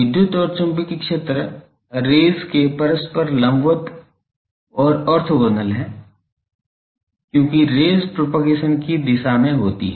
विद्युत और चुंबकीय क्षेत्र रेज़ के परस्पर लंबवत और ऑर्थोगोनल हैं क्योंकि रेज़ प्रोपगेशन की दिशा में होती हैं